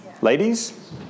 Ladies